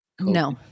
No